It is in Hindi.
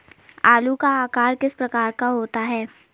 आलू का आकार किस प्रकार का होता है?